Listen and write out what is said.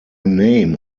name